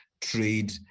trade